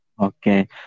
Okay